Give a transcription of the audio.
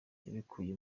yabikuye